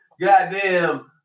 goddamn